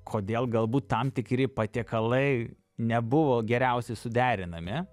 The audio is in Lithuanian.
kodėl galbūt tam tikri patiekalai nebuvo geriausiai suderinami